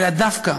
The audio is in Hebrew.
אלא דווקא